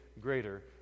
greater